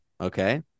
Okay